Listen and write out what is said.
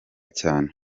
cyane